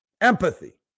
Empathy